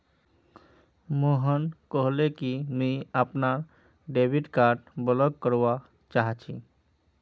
मोहन कहले कि मुई अपनार डेबिट कार्ड ब्लॉक करवा चाह छि